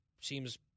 seems